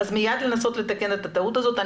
מיד לנסות לתקן את הטעות הזאת.